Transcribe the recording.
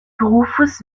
berufes